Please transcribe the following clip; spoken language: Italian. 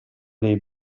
dei